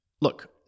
look